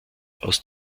aus